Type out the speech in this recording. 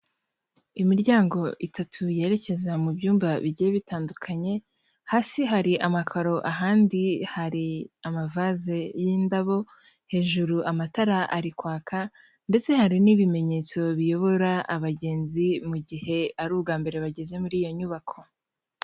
Imiryango itatu yerekeza mu byumba bigiye bitandukanye, hasi hari amakaro ahandi hari amavase y'indabo, hejuru amatara ari kwaka ndetse hari n'ibimenyetso biyobora abagenzi mu gihe ari ubwa mbere bageze muri iyo nyubako.